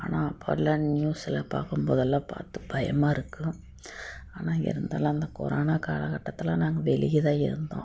ஆனால் அப்போல்லாம் நியூஸ்ஸில் பார்க்கும் போதெல்லாம் பார்த்து பயமாக இருக்கும் ஆனால் இருந்தாலும் கொரோனா காலக்கட்டத்தில் நாங்கள் வெளியே தான் இருந்தோம்